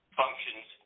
functions